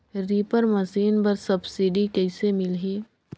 Reaper machine बर subsidy कइसे मिलही?